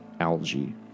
algae